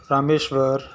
Rameshwar